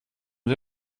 mit